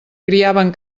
criaven